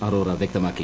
അറോറ വൃക്തമാക്കി